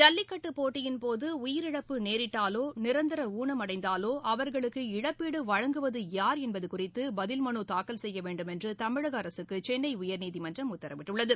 ஜல்லிக்கட்டு போட்டியின் போது உயிரிழப்பு நேரிட்டாலோ நிரந்தர ஊனம் அடைந்தாலோ அவர்களுக்கு இழப்பீடு வழங்குவது யார் என்பது குறித்து பதில் மனு தாக்கல் செய்ய வேண்டும் என்று தமிழக அரசுக்கு சென்னை உயர்நீதிமன்றம் உத்தரவிட்டுள்ளது